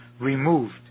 removed